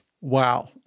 Wow